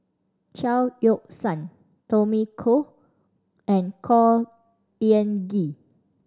Chao Yoke San Tommy Koh and Khor Ean Ghee